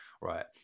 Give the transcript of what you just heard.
right